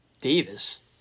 Davis